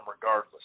regardless